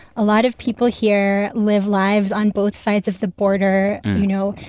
a lot of people here live lives on both sides of the border, you know,